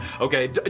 Okay